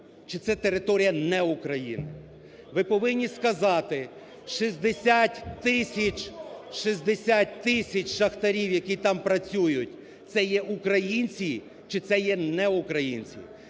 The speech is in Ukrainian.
чи це територія не України. Ви повинні сказати: 60 тисяч, 60 тисяч шахтарів, які там працюють, – це є українці чи це є не українці.